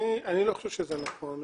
אני לא חושב שזה נכון.